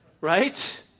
Right